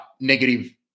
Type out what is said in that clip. negative